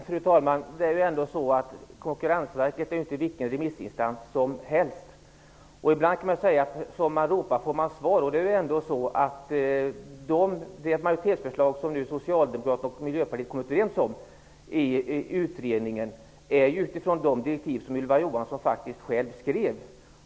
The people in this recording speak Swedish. Fru talman! Konkurrensverket är ändå inte vilken remissinstans som helst. Ibland kan man säga: Som man ropar får man svar. Det majoritetsförslag som Socialdemokraterna och Miljöpartiet nu har kommit överens om i utredningen utgår från de direktiv som Ylva Johansson faktiskt själv skrev.